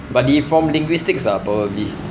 but he from linguistics ah probably